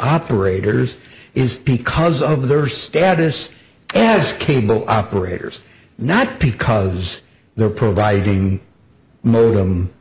operators is because of their status as cable operators not because they're providing modem